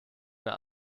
mehr